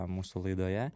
mūsų laidoje